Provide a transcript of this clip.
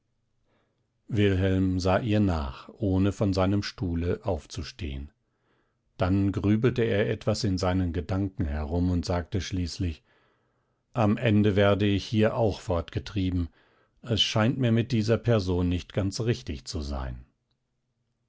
wilhelm sah ihr nach ohne von seinem stuhle aufzustehen dann grübelte er etwas in seinen gedanken herum und sagte schließlich am ende werde ich hier auch fortgetrieben es scheint mir mit dieser person nicht ganz richtig zu sein